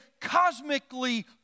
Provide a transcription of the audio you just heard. cosmically